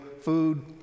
food